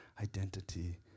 identity